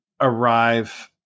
arrive